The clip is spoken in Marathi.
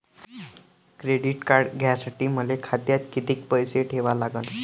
क्रेडिट कार्ड घ्यासाठी मले खात्यात किती पैसे ठेवा लागन?